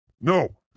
no